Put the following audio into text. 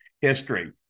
history